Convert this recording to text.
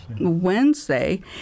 wednesday